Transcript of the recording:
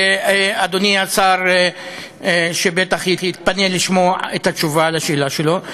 אדוני השר שבטח יתפנה לשמוע את התשובה לשאלה שלו?